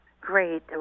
Great